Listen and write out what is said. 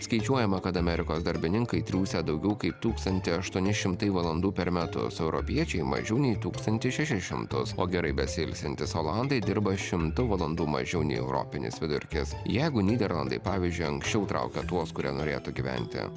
skaičiuojama kad amerikos darbininkai triūsia daugiau kaip tūkstantį aštuoni šimtai valandų per metus europiečiai mažiau nei tūkstantį šešis šimtus o gerai besiilsintys olandai dirba šimtu valandų mažiau nei europinis vidurkis jeigu nyderlandai pavyzdžiui anksčiau traukė tuos kurie norėtų gyventi